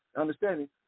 Understanding